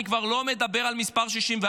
אני כבר לא מדבר על המספר 64,